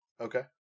Okay